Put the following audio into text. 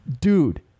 Dude